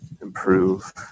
improve